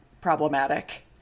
problematic